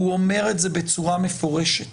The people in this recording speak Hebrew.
הוא אומר את זה בצורה מפורשת